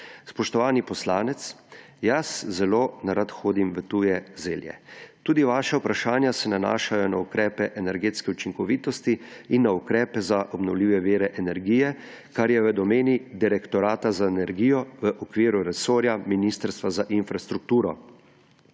»Spoštovani poslanec! Jaz zelo nerad hodim v tuje zelje. Tudi vaša vprašanja se nanašajo na ukrepe energetske učinkovitosti in na ukrepe za obnovljive vire energije, kar je v domeni Direktorata za energijo v okviru resorja Ministrstva za infrastrukturo.